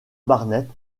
barnett